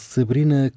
Sabrina